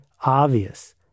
obvious